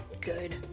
good